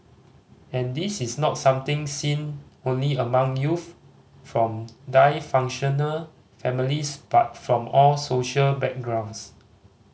and this is not something seen only among youth from dysfunctional families but from all social backgrounds